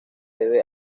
debe